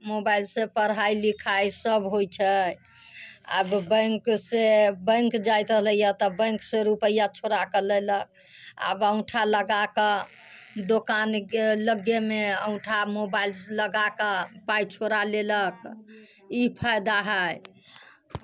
mobile से पढ़ाइ लिखाइ सब होइत छै आ बैंक से बैंक जाइत रहलैया तऽ बैंकसँ रूपैआ छोड़ाके लैलक आब अंगुठा लगाके दोकान गेल लगेमे अंगुठा मोबाइल लगाके पाय छोड़ा लेलक ई फायदा हय